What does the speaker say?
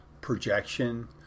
projection